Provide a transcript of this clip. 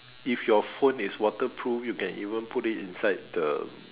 if your water phone is water proof you can even put it inside the